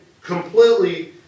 completely